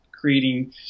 creating